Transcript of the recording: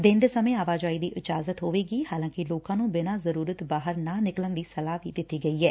ਦਿਨ ਦੇ ਸਮੇਂ ਆਵਾਜਾਈ ਦੀ ਇਜਾਜ਼ਤ ਹੋਵੇਗੀ ਹਾਲਾਂਕਿ ਲੋਕਾਂ ਨੂੰ ਬਿਨਾਂ ਜ਼ਰੁਰਤ ਬਾਹਰ ਨਾ ਨਿਕਲਣ ਦੀ ਸਲਾਹ ਦਿੱਤੀ ਗਈ ਐ